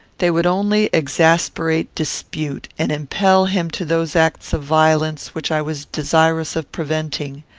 they would only exasperate dispute, and impel him to those acts of violence which i was desirous of preventing.